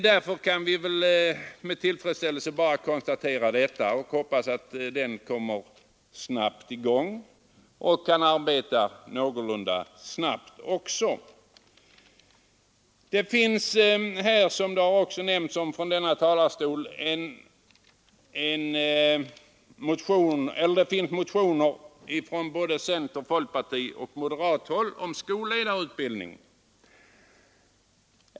Vi kan väl med tillfredsställelse notera detta och hoppas att utredningen snabbt kommer i gång och kan arbeta någorlunda fort. Såsom tidigare nämnts från denna talarstol finns motioner från center, folkpartiet och moderaterna om skolledarutbildningen.